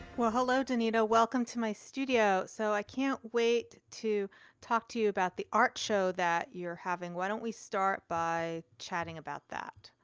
well, hello danita. welcome to my studio. so i can't wait to talk to you about the art show that you're having. why don't you start by chatting about that.